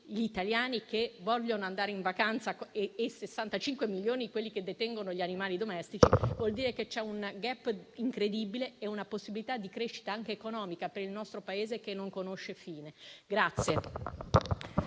gli italiani che vogliono andare in vacanza e 65 milioni quelli che hanno gli animali domestici, vuol dire che c'è non solo un *gap* incredibile, ma anche una possibilità di crescita, anche economica, per il nostro Paese, che non conosce fine.